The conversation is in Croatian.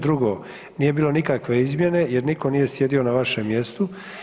Drugo, nije bilo nikakve izmjene jer niko nije sjedio na vašem mjestu.